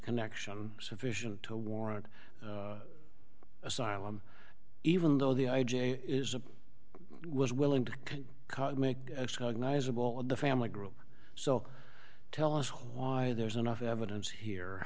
connection sufficient to warrant asylum even though the i j a is a was willing to make the family group so tell us why there's enough evidence here